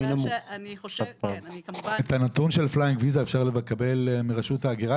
את הנתון של flying visa ניתן לקבל מרשות ההגירה,